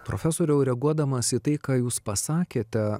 profesoriau reaguodamas į tai ką jūs pasakėte